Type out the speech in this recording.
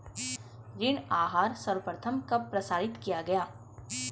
ऋण आहार सर्वप्रथम कब प्रसारित किया गया?